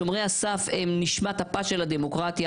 שומרי הסף הם נשמת אפה של הדמוקרטיה.